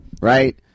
right